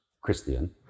Christian